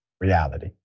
reality